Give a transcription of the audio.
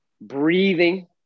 breathing